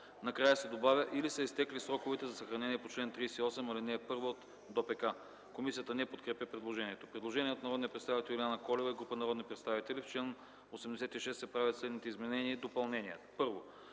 накрая се добавя „или са изтекли сроковете за съхранение по чл. 38, ал. 1 от ДОПК”. Комисията не подкрепя предложението. Предложения от народния представител Юлиана Колева и група народни представители: В чл. 86 се правят следните изменения и допълнения: